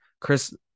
Chris